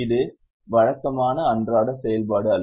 இது வழக்கமான அன்றாட செயல்பாடு அல்ல